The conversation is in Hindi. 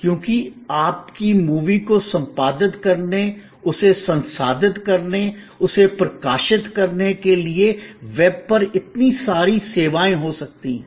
क्योंकि आपकी मूवी को संपादित करने उसे संसाधित करने उसे प्रकाशित करने के लिए वेब पर इतनी सारी सेवाएं हो सकती हैं